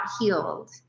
healed